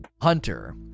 Hunter